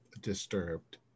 disturbed